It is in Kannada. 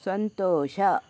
ಸಂತೋಷ